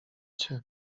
cię